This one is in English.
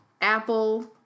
Apple